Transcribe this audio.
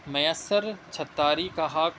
میسر چھتاری کا حق